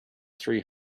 three